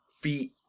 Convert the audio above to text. feet